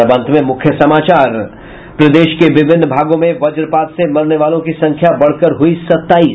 और अब अंत में मुख्य समाचार प्रदेश के विभिन्न भागों में वजपात से मरने वालों की संख्या बढ़कर हुई सत्ताईस